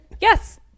Yes